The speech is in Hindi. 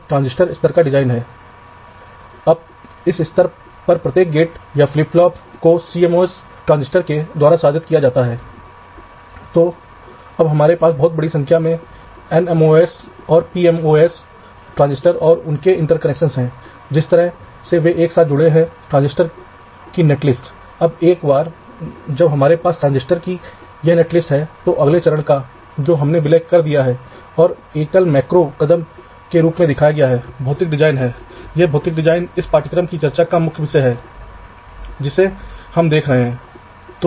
तो जहाँ भी तार कनेक्शन आपके लिए आवश्यक हैं केवल उन का उपयोग करें बाकी आप उपयोग नहीं करते हैं और फिर से अधिकांश कनेक्शन एक योजनाकार फैशन में एक ही परत पर होना है क्योंकि जैसा कि हम परतों के आर पार स्विच करते हैं आपका विलंब या अन्य परजीवी प्रभाव बढ़ेंगे बिजली की आपूर्ति लाइन पर शोर बढ़ेगा आपको कुछ शोर भी मिलेगा ऐसी चीजें जिन्हें आप कम से कम कर सकते हैं